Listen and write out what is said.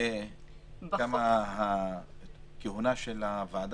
וגם הכהונה של הוועדה?